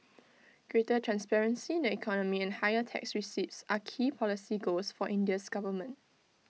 greater transparency in the economy and higher tax receipts are key policy goals for India's government